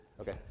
Okay